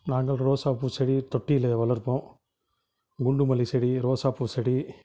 நாங்கள் ரோசாப்பூச் செடி தொட்டியில் வளர்ப்போம் குண்டுமல்லிச் செடி ரோசாப்பூச் செடி